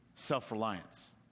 Self-reliance